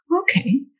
okay